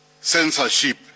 censorship